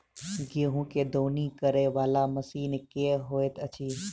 गेंहूँ केँ दौनी करै वला मशीन केँ होइत अछि?